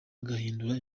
agahindura